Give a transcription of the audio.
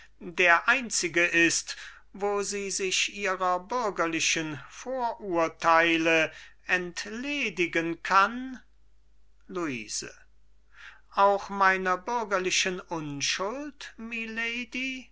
der einzige ist wo sie sich ihrer bürgerlichen vorurtheile entledigen kann luise auch meiner bürgerlichen unschuld milady